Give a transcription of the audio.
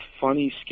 funny